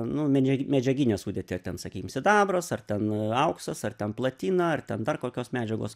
nu medžia medžiaginę sudėtį ar ten sakykim sidabras ar ten auksas ar ten platina ar ten dar kokios medžiagos